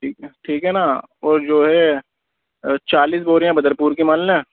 ٹھیک ہے ٹھیک ہے نا اور جو ہے چالیس بوریاں بدرپور کی مان لیں